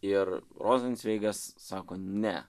ir rozencveigas sako ne